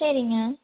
சரிங்க